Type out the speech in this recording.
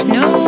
no